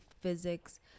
physics